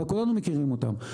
אבל כולנו מכירים אותם,